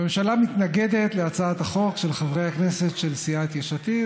הממשלה מתנגדת להצעת החוק של חברי הכנסת של סיעת יש עתיד,